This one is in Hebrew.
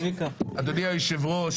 אדוני היושב-ראש,